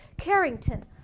Carrington